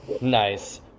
nice